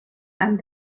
and